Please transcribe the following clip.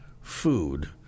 food